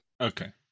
Okay